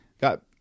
got